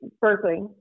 Berkeley